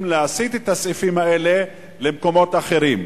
להסיט את הסעיפים האלה למקומות אחרים.